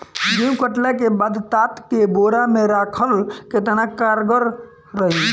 गेंहू कटला के बाद तात के बोरा मे राखल केतना कारगर रही?